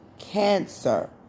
cancer